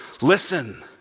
listen